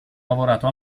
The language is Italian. lavorato